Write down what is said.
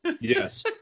Yes